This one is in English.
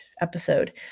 episode